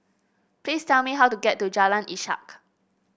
please tell me how to get to Jalan Ishak